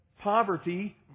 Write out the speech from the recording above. poverty